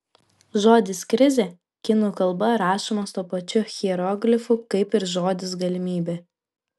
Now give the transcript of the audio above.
žodis krizė kinų kalba rašomas tuo pačiu hieroglifu kaip ir žodis galimybė